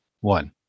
one